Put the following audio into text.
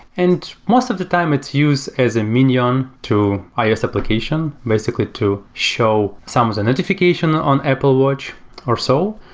and most of the time it's used as a minion to ios application, basically to show some notification on apple watch or so.